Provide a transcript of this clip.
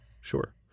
Sure